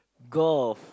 golf